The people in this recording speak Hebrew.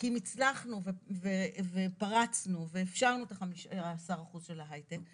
כי אם הצלחנו ופרצנו ואפשרנו את ה-15% של ההייטק,